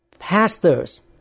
pastors